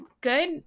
good